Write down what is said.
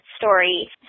story